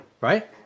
Right